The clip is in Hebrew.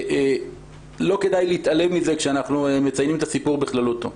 לא כדאי להתעלם מזה כשאנחנו מציינים את הסיפור בכללותו.